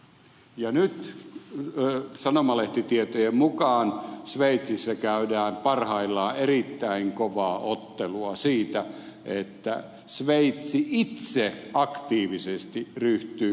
ja nyt sanomalehtitietojen mukaan sveitsissä käydään parhaillaan erittäin kovaa ottelua siitä että sveitsi itse aktiivisesti ryhtyy pankkisalaisuuttaan raottamaan